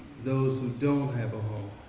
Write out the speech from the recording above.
those who don't have a home,